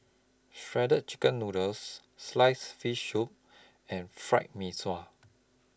Shredded Chicken Noodles Sliced Fish Soup and Fried Mee Sua